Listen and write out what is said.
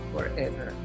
Forever